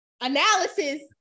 analysis